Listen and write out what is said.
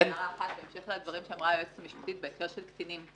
בהמשך לדברים שאמרה היועצת המשפטית בהקשר של קטינים.